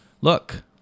look